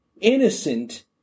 innocent